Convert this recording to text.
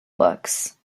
books